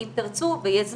אם תרצו ואם יהיה זמן,